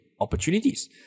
opportunities